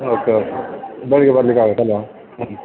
okay okay ಬೆಳಿಗ್ಗೆ ಬರ್ಲಿಕ್ಕೆ ಆಗುತ್ತೆಲ್ವ